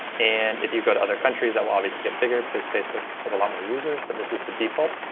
and if you go to other countries, that'll obviously get bigger because facebook has a lot more users, but this is the default.